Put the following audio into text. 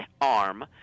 arm